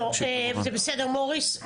לא, זה בסדר מוריס.